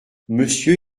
monsieur